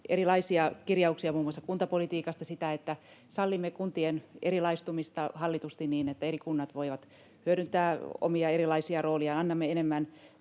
erilaisia kirjauksia muun muassa kuntapolitiikasta, siitä, että sallimme kuntien erilaistumista hallitusti niin, että eri kunnat voivat hyödyntää omia erilaisia roolejaan, annamme enemmän